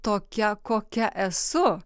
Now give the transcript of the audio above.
tokia kokia esu